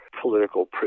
political